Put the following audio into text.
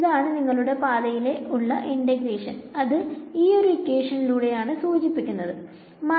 ഇതാണ് നിങ്ങളുടെ പാതയിലൂടെ ഉള്ള ഇന്റഗ്രേഷൻ അത് ഇങ്ങനെ എഴുതാം